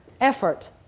effort